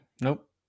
nope